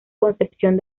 concepción